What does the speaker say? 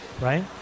right